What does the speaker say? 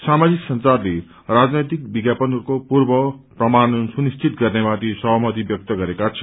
साामाजिक संचार राजनैतिक विज्ञापनहरूको पूर्व प्रमाणन सुनिश्चित गर्नेमाथि सहमति व्यक्त गरेका छन्